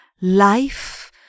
life